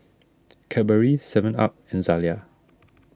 Cadbury Seven Up and Zalia